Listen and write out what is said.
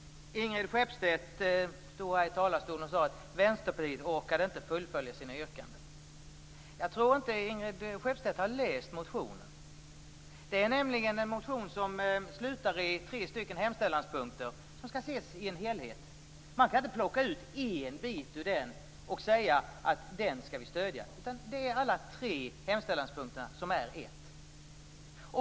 Ingrid Skeppstedt stod här i talarstolen och sade att Vänsterpartiet inte orkade fullfölja sina yrkanden. Jag tror inte att Ingrid Skeppstedt har läst motionen. Det är nämligen en motion som slutar i tre hemställanspunkter som skall ses som en helhet. Man kan inte plocka ut en bit ur den och säga att man skall stödja den. Alla tre hemställanspunkterna är ett.